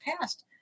past